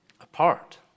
apart